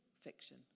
fiction